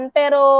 pero